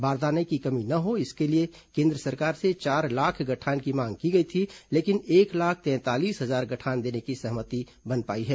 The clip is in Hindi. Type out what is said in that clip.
बारदाने की कमी न हो इसलिए केन्द्र सरकार से चार लाख गठान की मांग की गई थी लेकिन एक लाख तैंतालीस हजार गठान देने की सहमति बन पाई है